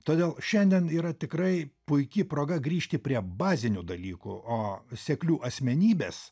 todėl šiandien yra tikrai puiki proga grįžti prie bazinių dalykų o seklių asmenybės